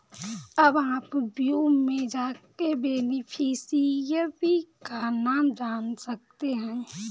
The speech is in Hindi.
अब आप व्यू में जाके बेनिफिशियरी का नाम जान सकते है